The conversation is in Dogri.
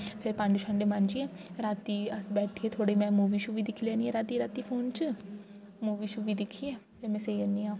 फिर भांडे शांडे मांजियै रातीं अस बैठिये थोह्ड़ी में मूवी शूवी दिक्खी लैनी आं रातीं रातीं फ़ोन च मूवी शूवी दिक्खियै फ्ही में सेई ज'न्नी आं